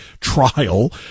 trial